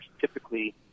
typically